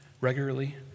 regularly